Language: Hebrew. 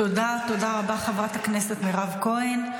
תודה, תודה רבה חברת הכנסת מירב כהן.